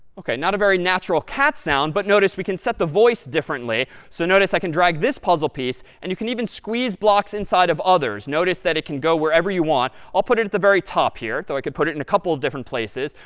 ok, not a very natural cat sound, but notice we can set the voice differently. so notice i can drag this puzzle piece. and you can even squeeze blocks inside of others. notice that it can go wherever you want. i'll put it at the very top here. so i could put it in a couple of different places.